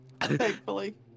Thankfully